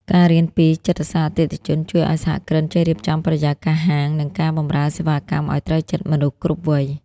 ការរៀនពី "ចិត្តសាស្ត្រអតិថិជន" ជួយឱ្យសហគ្រិនចេះរៀបចំបរិយាកាសហាង និងការបម្រើសេវាកម្មឱ្យត្រូវចិត្តមនុស្សគ្រប់វ័យ។